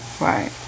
Right